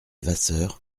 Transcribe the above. vasseur